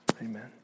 Amen